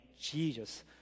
Jesus